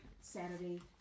Saturday